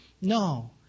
No